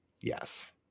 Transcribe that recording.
yes